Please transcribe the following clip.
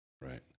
right